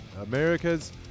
America's